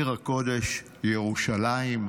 עיר הקודש ירושלים.